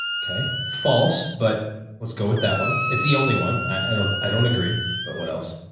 okay, false, but let's go with that one. it's the only one i don't, i don't agree, but what else?